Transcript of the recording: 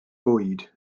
bwyd